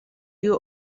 you